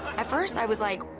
at first i was like,